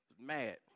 Mad